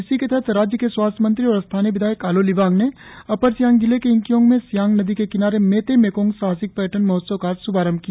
इसी के तहत राज्य के स्वास्थ्य मंत्री और स्थानीय विधायक आलो लिबांग ने अपर सियांग जिले के यिंगकियोंग में सियांग नदी के किनारे मेते मेकोंग साहसिक पर्यटन महोत्सव का श्भारंभ किया